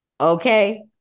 Okay